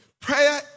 prayer